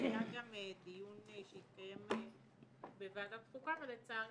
היה גם דיון, שהתקיים בוועדת חוקה, ולצערי,